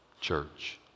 Church